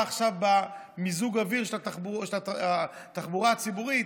עכשיו במיזוג האוויר של התחבורה הציבורית,